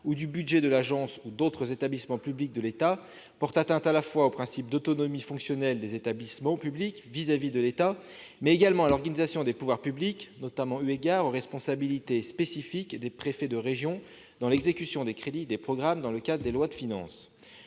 ou du budget de l'agence ou d'autres établissements publics de l'État, porte atteinte à la fois au principe d'autonomie fonctionnelle des établissements publics vis-à-vis de l'État, mais aussi à l'organisation des pouvoirs publics, notamment eu égard aux responsabilités spécifiques des préfets de région dans l'exécution des crédits des programmes dans le cadre des lois de finances.